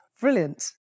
Brilliant